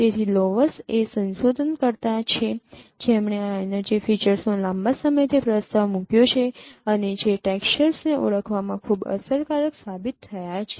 તેથી 'Laws' 'Laws' એ સંશોધનકર્તા છે જેમણે આ એનર્જી ફીચર્સનો લાંબા સમયથી પ્રસ્તાવ મૂક્યો છે અને જે ટેક્સ્ચર્સને ઓળખવામાં ખૂબ અસરકારક સાબિત થયા છે